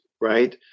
right